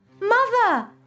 Mother